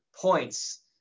points